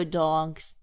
dogs